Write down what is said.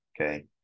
okay